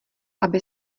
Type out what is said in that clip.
aby